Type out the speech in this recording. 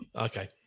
okay